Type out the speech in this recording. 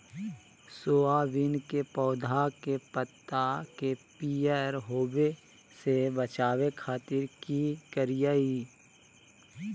Soybean के पौधा के पत्ता के पियर होबे से बचावे खातिर की करिअई?